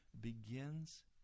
begins